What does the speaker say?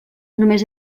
només